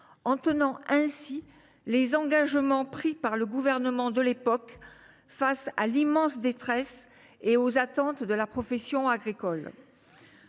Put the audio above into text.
en tenant ainsi les engagements pris par le gouvernement de l’époque face à l’immense détresse et aux attentes de la profession agricole.